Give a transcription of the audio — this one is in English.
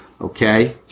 Okay